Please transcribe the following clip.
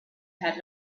had